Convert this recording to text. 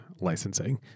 licensing